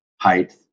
height